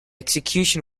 execution